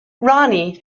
ronnie